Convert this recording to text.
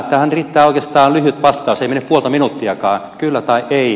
tähän riittää oikeastaan lyhyt vastaus ei mene puolta minuuttiakaan kyllä tai ei